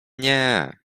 nie